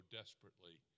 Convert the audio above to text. desperately